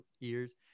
ears